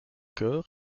chœurs